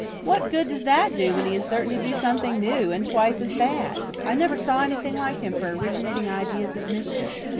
what good does that do when he is certain to do something new and twice as bad? i never saw anything like him for originating ideas of mischief.